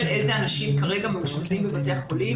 איזה אנשים כרגע מאושפזים בבתי החולים,